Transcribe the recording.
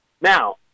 Now